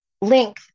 link